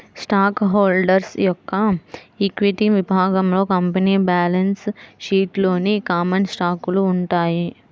stock holder యొక్క equity విభాగంలో company balance షీట్లోని కామన్ స్టాకులు ఉంటాయి